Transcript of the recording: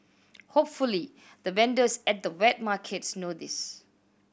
hopefully the vendors at the wet markets know this